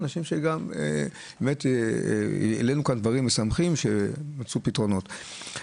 גם העלינו כאן דברים משמחים שמצאו פתרונות.